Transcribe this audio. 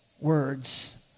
words